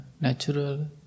natural